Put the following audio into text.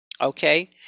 Okay